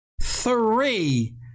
three